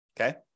Okay